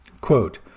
Quote